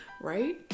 Right